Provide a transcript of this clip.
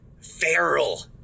Feral